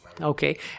Okay